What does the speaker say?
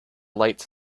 lights